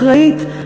אחראית,